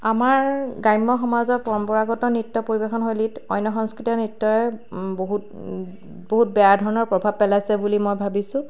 আমাৰ গ্ৰাম্য সমাজৰ পৰম্পৰাগত নৃত্য পৰিৱেশন শৈলীত অন্য সংস্কৃতিৰ নৃত্যই বহুত বহুত বেয়া ধৰণৰ প্ৰভাৱ পেলাইছে বুলি মই ভাবিছোঁ